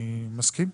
אני מסכים.